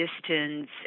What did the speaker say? distance